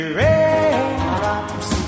raindrops